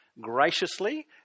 graciously